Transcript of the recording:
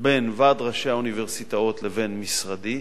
בין ועד ראשי האוניברסיטאות לבין משרדי,